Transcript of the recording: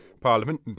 Parliament